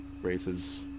races